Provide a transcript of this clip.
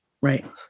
Right